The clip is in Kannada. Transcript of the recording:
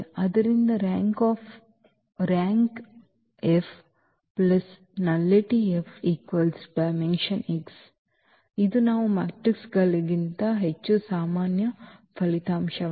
ಆದ್ದರಿಂದ ಇದು ನಾವು ಮೆಟ್ರಿಕ್ಸ್ಗಳಿಗಿಂತ ಹೆಚ್ಚು ಸಾಮಾನ್ಯ ಫಲಿತಾಂಶವಾಗಿದೆ